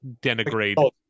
denigrate